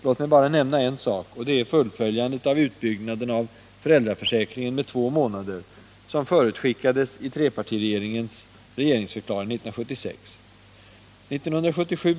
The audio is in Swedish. Låt mig bara nämna en sak, och det är fullföljandet av utbyggnaden av föräldraförsäkringen med två månader, som förutskickades i trepartiregeringens regeringsförklaring 1976.